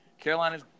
Carolina's